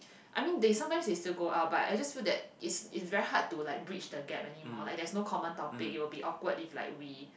I mean they sometimes they still go out but I just feel that it's it's very hard to like bridge the gap anymore there's no common topic it will be awkward if like we